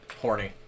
Horny